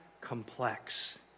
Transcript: complex